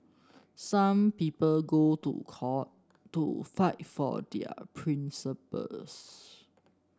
some people go to court to fight for their principles